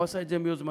הוא עשה את זה מיוזמתו